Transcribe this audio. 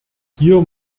hier